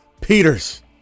Peters